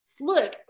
look